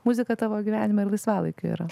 muzika tavo gyvenime ir laisvalaikiu yra